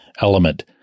element